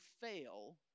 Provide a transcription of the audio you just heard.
fail